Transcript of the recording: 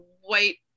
white